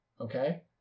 okay